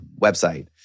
website